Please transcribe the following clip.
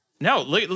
No